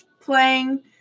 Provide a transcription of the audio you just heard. playing